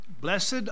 Blessed